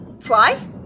Fly